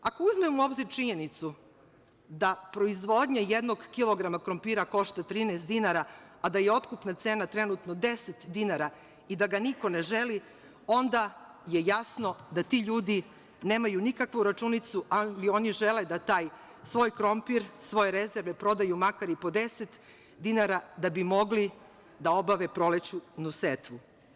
Ako uzmemo u obzir činjenicu da proizvodnja jednog kilograma krompira košta 13 dinara, a da je otkupna cena trenutno 10 dinara i da ga niko ne želi, onda je jasno da ti ljudi nemaju nikakvu računicu, ali oni žele da taj svoj krompir, svoje rezerve prodaju makar i po 10 dinara, da bi mogle da obave prolećnu setvu.